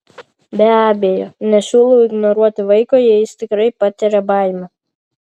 be abejo nesiūlau ignoruoti vaiko jei jis tikrai patiria baimę